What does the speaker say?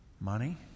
money